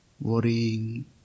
worrying